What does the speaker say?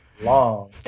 long